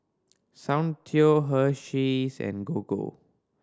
Soundteoh Hersheys and Gogo